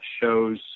shows